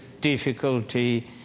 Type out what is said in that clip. difficulty